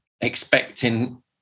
expecting